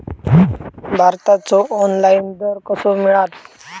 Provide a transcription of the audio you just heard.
भाताचो ऑनलाइन दर कसो मिळात?